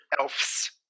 elves